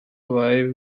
wife